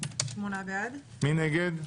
מי נגד?